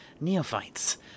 Neophytes